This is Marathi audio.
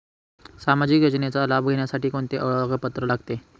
सामाजिक योजनेचा लाभ घेण्यासाठी कोणते ओळखपत्र लागते?